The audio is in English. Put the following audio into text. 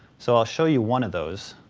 so i'll show you one of those.